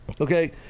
Okay